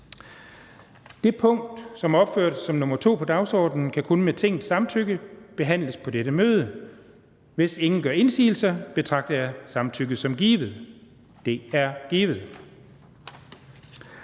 Det punkt, som er opført som nr. 2 på dagsordenen, kan kun med Tingets samtykke behandles på dette møde. Hvis ingen gør indsigelse, betragter jeg samtykket som givet. Det er givet.